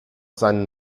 seinen